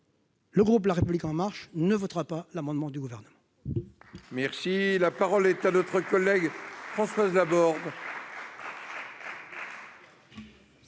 le groupe La République En Marche ne votera pas l'amendement du Gouvernement.